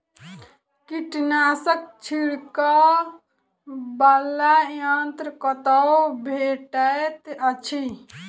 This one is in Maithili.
कीटनाशक छिड़कअ वला यन्त्र कतौ भेटैत अछि?